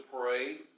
pray